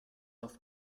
auf